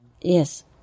Yes